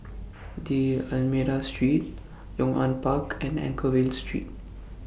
D'almeida Street Yong An Park and Anchorvale Street